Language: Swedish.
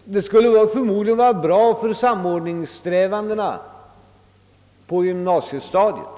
grundskolan och förmodligen även för samordningssträvandena på gymnasiestadiet.